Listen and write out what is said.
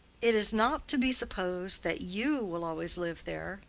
it is not to be supposed that you will always live there,